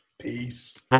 Peace